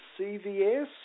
CVS